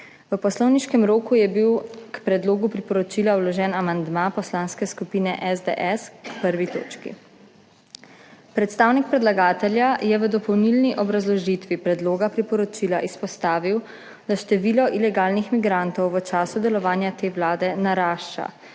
V poslovniškem roku je bil k predlogu priporočila vložen amandma Poslanske skupine SDS k 1. točki. Predstavnik predlagatelja je v dopolnilni obrazložitvi predloga priporočila izpostavil, da število ilegalnih migrantov v času delovanja te Vlade narašča,